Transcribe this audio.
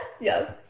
Yes